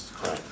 correct